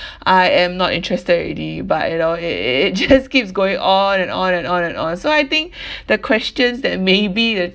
I am not interested already but you know it it it just keeps going on and on and on and on so I think the questions that may be the